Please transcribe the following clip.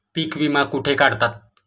पीक विमा कुठे काढतात?